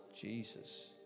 Jesus